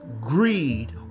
greed